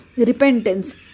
Repentance